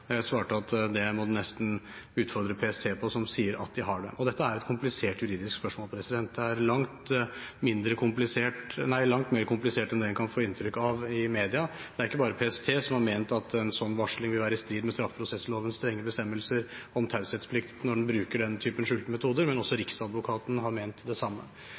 en kan få inntrykk av i media. Det er ikke bare PST som har ment at en sånn varsling vil være i strid med straffeprosesslovens strenge bestemmelser om taushetsplikt når en bruker den typen skjulte metoder, også Riksadvokaten har ment det samme.